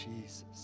Jesus